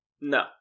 No